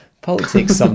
politics